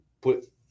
put